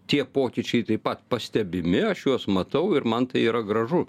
tie pokyčiai taip pat pastebimi aš juos matau ir man tai yra gražu